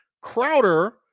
Crowder